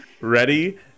Ready